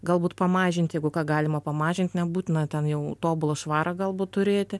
galbūt pamažinti jeigu ką galima pamažint nebūtina ten jau tobulą švarą galbūt turėti